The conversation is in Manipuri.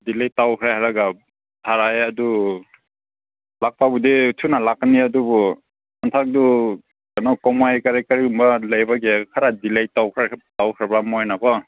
ꯗꯤꯂꯦ ꯇꯧꯈ꯭ꯔꯦ ꯍꯥꯏꯔꯒ ꯊꯥꯔꯛꯑꯦ ꯑꯗꯨ ꯂꯥꯛꯄꯕꯨꯗꯤ ꯊꯨꯅ ꯂꯥꯛꯀꯅꯤ ꯑꯗꯨꯕꯨ ꯍꯟꯗꯛꯇꯨ ꯀꯩꯅꯣ ꯀꯨꯝꯍꯩ ꯀꯔꯤ ꯀꯔꯤꯒꯨꯝꯕ ꯂꯩꯕꯒꯤ ꯈꯔ ꯗꯤꯂꯦ ꯇꯧꯈ꯭ꯔꯦ ꯇꯧꯈ꯭ꯔꯕ ꯃꯣꯏꯅ ꯀꯣ